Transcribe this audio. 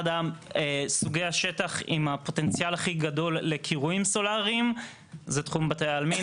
סוגי השטח עם הפוטנציאל הכי גדול לקירויים סולריים זה תחום בתי העלמין.